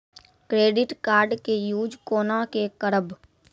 Credit card के use कोना के करबऽ?